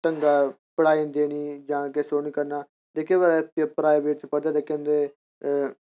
ढंगै दे पढ़ांदे निं जां उं'दे ओह् निं करना जेह्के प्राइवेट च पढ़दे जेह्के न ते